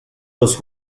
los